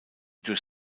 durch